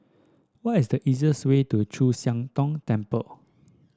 what is the easiest way to Chu Siang Tong Temple